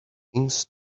things